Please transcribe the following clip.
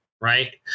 right